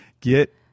Get